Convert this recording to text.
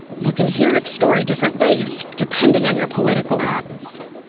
you can hear its story different ways depending on your political leanings.